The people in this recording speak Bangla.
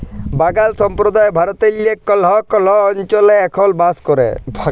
বাগাল সম্প্রদায় ভারতেল্লে কল্হ কল্হ অলচলে এখল বাস ক্যরে